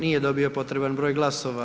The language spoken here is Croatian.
Nije dobio potreban broj glasova.